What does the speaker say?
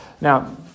Now